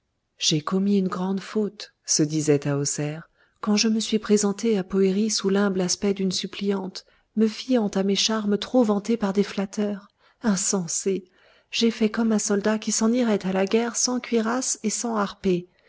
j'ai commis une grande faute se disait tahoser quand je me suis présentée à poëri sous l'humble aspect d'une suppliante me fiant à mes charmes trop vantés par des flatteurs insensée j'ai fait comme un soldat qui s'en irait à la guerre sans cuirasse et sans harpé